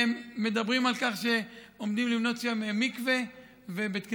ומדברים על כך שעומדים לבנות שם מקווה ובית כנסת,